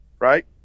Right